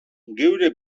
geure